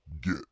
Get